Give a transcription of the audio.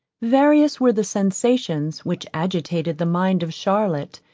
various were the sensations which agitated the mind of charlotte,